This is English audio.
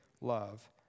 love